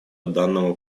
данному